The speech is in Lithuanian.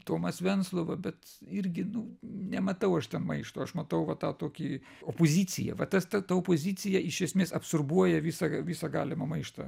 tomas venclova bet irgi nu nematau aš ten maišto aš matau va tą tokį opozicija va tas ta ta pozicija iš esmės absorbuoja visą visą galimą maištą